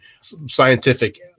scientific